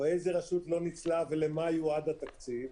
איזו רשות לא ניצלה ולמה יועד התקציב.